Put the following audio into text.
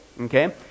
Okay